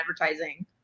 advertising